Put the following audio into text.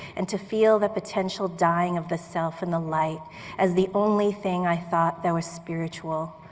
and to feel the potential dying of the self in the light as the only thing i thought that was spiritual,